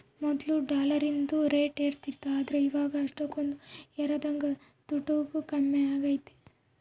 ಮೊದ್ಲು ಡಾಲರಿಂದು ರೇಟ್ ಏರುತಿತ್ತು ಆದ್ರ ಇವಾಗ ಅಷ್ಟಕೊಂದು ಏರದಂಗ ತೊಟೂಗ್ ಕಮ್ಮೆಗೆತೆ